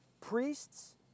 priests